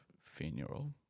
funeral